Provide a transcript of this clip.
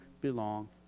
belong